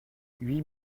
huit